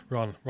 Run